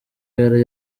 yari